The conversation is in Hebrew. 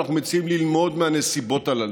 אנחנו מציעים ללמוד מהנסיבות הללו,